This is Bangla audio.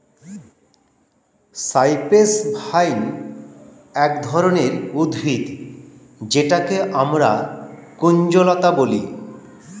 সাইপ্রেস ভাইন এক ধরনের উদ্ভিদ যেটাকে আমরা কুঞ্জলতা বলি